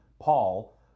Paul